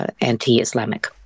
anti-Islamic